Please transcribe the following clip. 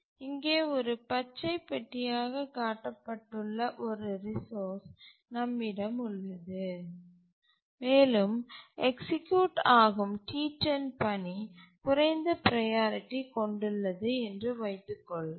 இங்கே ஒரு பச்சை பெட்டியாக காட்டப்பட்டுள்ள ஒரு ரிசோர்ஸ் நம்மிடம் உள்ளது மேலும் எக்சிக்யூட் ஆகும் T10 பணி குறைந்த ப்ரையாரிட்டி கொண்டுள்ளது என்று வைத்துக்கொள்வோம்